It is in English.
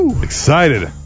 Excited